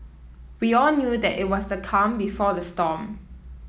we all knew that it was the calm before the storm